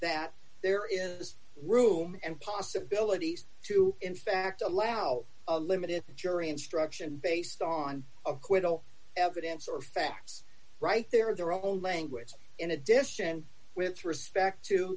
that there is room and possibilities to in fact allow a limited jury instruction based on acquittal evidence or facts right there in their own language in addition with respect to